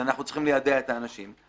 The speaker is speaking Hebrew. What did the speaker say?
אנחנו צריכים ליידע את האנשים.